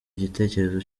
igitekerezo